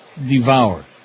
Devour